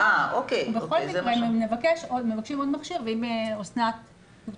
ובכל מקרה מבקשים עוד מכשיר ואם ד"ר